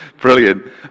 brilliant